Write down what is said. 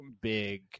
big